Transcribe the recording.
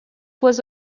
was